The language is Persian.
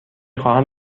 خواهم